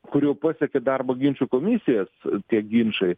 kur jau pasiekia darbo ginčų komisijas tie ginčai